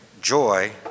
joy